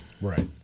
Right